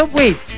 wait